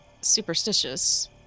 superstitious